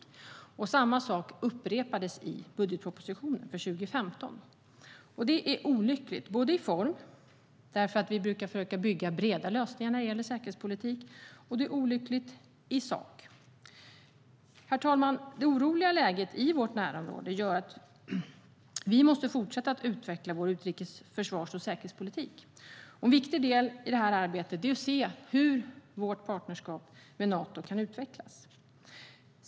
Samma sak upprepades i budgetpropositionen för 2015. Det är olyckligt i form, eftersom vi brukar försöka skapa breda lösningar när det gäller säkerhetspolitik, och det är olyckligt i sak. Herr talman! Det oroliga läget i vårt närområde gör att vi måste fortsätta att utveckla vår utrikes, försvars och säkerhetspolitik. En viktig del i det arbetet är att se hur vårt partnerskap med Nato kan utvecklas.